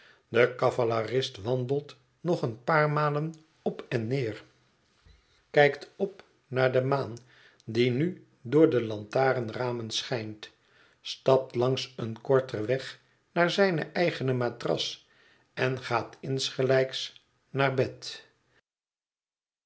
de cavalerist wandelt nog een paar malen op en neer kijkt op naar de maan die nu door de lantarenramen schijnt stapt langs een korter weg naar zijne eigene matras en gaat insgelijks naar bed